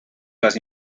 las